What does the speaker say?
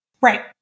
Right